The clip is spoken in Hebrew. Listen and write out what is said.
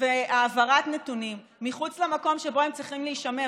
והעברת נתונים מחוץ למקום שבו הם צריכים להישמר,